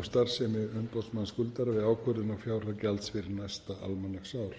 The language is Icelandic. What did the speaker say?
af starfsemi umboðsmanns skuldara við ákvörðun á fjárhæð gjalds fyrir næsta almanaksár.